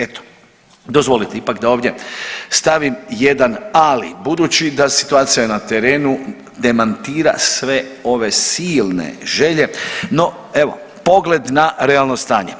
Eto dozvolite ipak da ovdje stavim jedan ali budući da je situacija na terenu demantira sve ove silne želje, no evo pogled na realno stanje.